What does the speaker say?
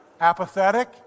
Apathetic